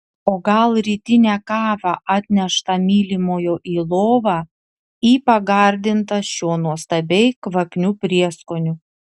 o gal rytinę kavą atneštą mylimojo į lovą į pagardintą šiuo nuostabiai kvapniu prieskoniu